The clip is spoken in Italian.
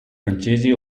francesi